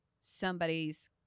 somebody's